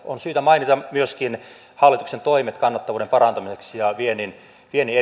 on syytä mainita myöskin hallituksen toimet kannattavuuden parantamiseksi ja viennin viennin